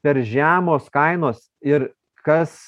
per žemos kainos ir kas